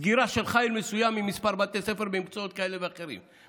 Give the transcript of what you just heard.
סגירה של חיל מסוים לכמה בתי ספר במקצועות כאלה ואחרים.